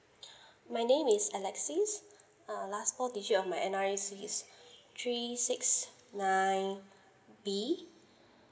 my name is alexis uh last four digits of my N_R_I_C is three six nine B